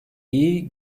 iyi